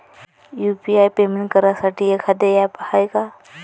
UPI payment करासाठी एखांद app हाय का?